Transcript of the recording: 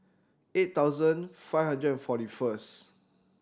eight thousand five hundred and forty first